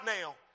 now